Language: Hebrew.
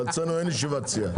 אבל אצלנו אין ישיבת סיעה.